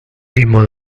mismo